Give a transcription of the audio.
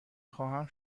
خواهم